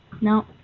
no